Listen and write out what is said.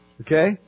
Okay